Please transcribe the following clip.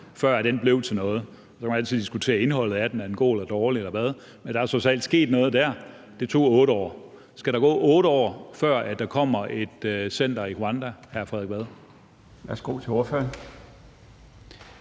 før den blev til noget. Så kan man altid diskutere indholdet af den, om den er god eller dårlig, men der er trods alt sket noget der – det tog 8 år. Skal der gå 8 år, før der kommer et center i Rwanda,